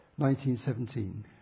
1917